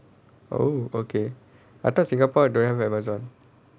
oh okay I thought singapore don't have Amazon